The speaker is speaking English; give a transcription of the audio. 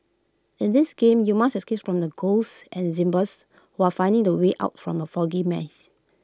in this game you must escape from the ghosts and zombies while finding the way out from the foggy maze